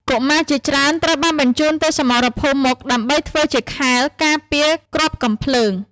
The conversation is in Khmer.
កុមារជាច្រើនត្រូវបានបញ្ជូនទៅសមរភូមិមុខដើម្បីធ្វើជាខែលការពារគ្រាប់កាំភ្លើង។